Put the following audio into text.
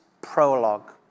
prologue